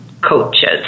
coaches